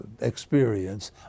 experience